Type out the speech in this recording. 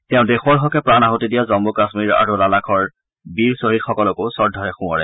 তেওঁ দেশৰ হকে প্ৰাণ আছতি দিয়া জম্মু কাশ্মীৰ আৰু লাডাখৰ বীৰ শ্বহীদসকলকো শ্ৰদ্ধাৰে সোঁৱৰে